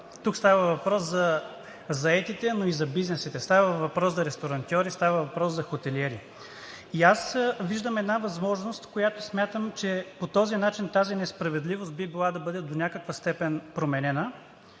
Тук става въпрос за заетите, но и за бизнесите. Става въпрос за ресторантьори, става въпрос за хотелиери. И аз виждам една възможност, която смятам, че по този начин тази несправедливост би могла да бъде до някаква степен променена